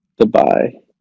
Dubai